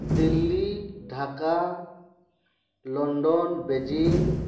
Delhi Dhaka London Beijing